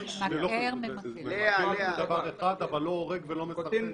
ממכר זה דבר אחד, אבל לא הורג ולא מסרטן.